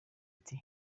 ati